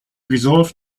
resolved